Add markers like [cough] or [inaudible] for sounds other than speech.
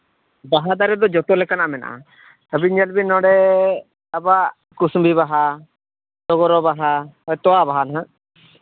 ᱵᱟᱦᱟ ᱫᱟᱨᱮ ᱫᱚ ᱡᱚᱛᱚ ᱞᱮᱠᱟᱱᱟᱜ ᱢᱮᱱᱟᱜᱼᱟ ᱟᱹᱵᱤᱱ ᱧᱮᱞ ᱵᱤᱱ ᱱᱚᱰᱮ ᱟᱵᱚᱣᱟᱜ ᱠᱩᱥᱱᱤ ᱵᱟᱦᱟ [unintelligible] ᱦᱳᱭ ᱛᱚᱣᱟ ᱵᱟᱦᱟ ᱦᱟᱸᱜ